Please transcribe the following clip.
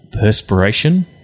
perspiration